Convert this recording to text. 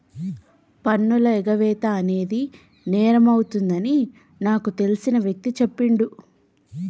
పన్నుల ఎగవేత అనేది నేరమవుతుంది అని నాకు తెలిసిన వ్యక్తి చెప్పిండు